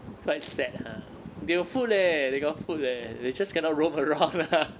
quite sad ha they got food leh they got food leh they just cannot roam around lah